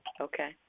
Okay